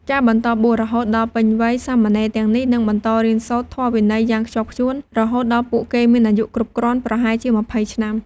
ការបន្តបួសរហូតដល់ពេញវ័យ សាមណេរទាំងនេះនឹងបន្តរៀនសូត្រធម៌វិន័យយ៉ាងខ្ជាប់ខ្ជួនរហូតដល់ពួកគេមានអាយុគ្រប់គ្រាន់ ប្រហែលជា ២០ ឆ្នាំ។